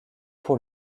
pour